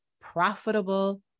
profitable